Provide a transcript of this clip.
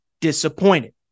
disappointed